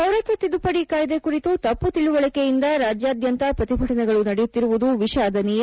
ಪೌರತ್ವ ತಿದ್ದುಪಡಿ ಕಾಯ್ದೆ ಕುರಿತು ತಪ್ಪು ತಿಳುವಳಿಕೆಯಿಂದ ರಾಜ್ಯಾದ್ಯಂತ ಪ್ರತಿಭಟನೆಗಳು ನಡೆಯುತ್ತಿರುವುದು ವಿಷಾದನೀಯ